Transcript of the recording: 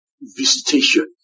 visitation